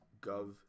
gov